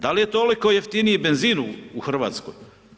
Da li je toliko jeftiniji benzin u Hrvatskoj?